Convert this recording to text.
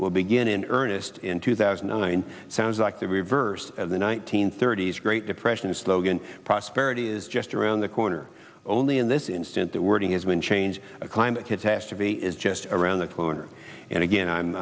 will begin in earnest in two thousand and nine sounds like the reverse of the one nine hundred thirty s great depression slogan prosperity is just around the corner only in this instant the wording has been change a climate catastrophe is just around the corner and again i'm